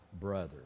brother